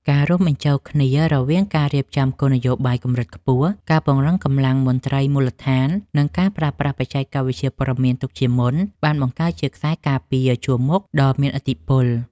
ការរួមបញ្ចូលគ្នារវាងការរៀបចំគោលនយោបាយកម្រិតខ្ពស់ ការពង្រឹងកម្លាំងមន្ត្រីមូលដ្ឋាន និងការប្រើប្រាស់បច្ចេកវិទ្យាព្រមានទុកជាមុន បានបង្កើតជាខ្សែការពារជួរមុខដ៏មានឥទ្ធិពល។